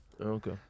Okay